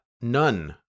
none